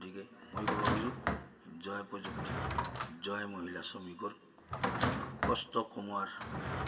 গতিকে মই ক'ব খোজো জয় প্ৰযুক্তি জয় মহিলা শ্ৰমিকৰ কষ্ট কমোৱাৰ